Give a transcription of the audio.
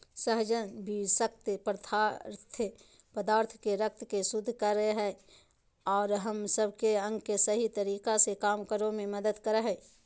सहजन विशक्त पदार्थ के रक्त के शुद्ध कर हइ अ हम सब के अंग के सही तरीका से काम करे में मदद कर हइ